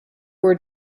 were